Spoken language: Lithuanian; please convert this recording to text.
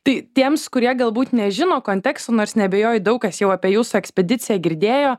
tai tiems kurie galbūt nežino konteksto nors neabejoju daug kas jau apie jūsų ekspediciją girdėjo